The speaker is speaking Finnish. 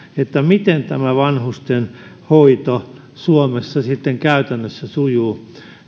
että miten tämä vanhustenhoito suomessa sitten käytännössä sujuu